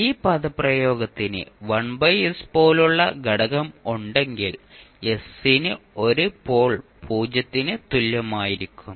ഈ പദപ്രയോഗത്തിന് 1s പോലുള്ള ഘടകം ഉണ്ടെങ്കിൽ s ന് ഒരു പോൾ 0 ന് തുല്യമായിരിക്കും